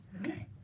Okay